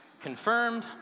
confirmed